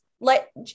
let